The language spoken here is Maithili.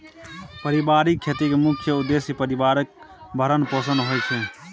परिबारिक खेतीक मुख्य उद्देश्य परिबारक भरण पोषण होइ छै